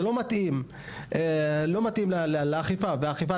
זה לא מתאים לאכיפה, והאכיפה